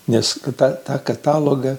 nes kada tą katalogą